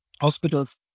hospitals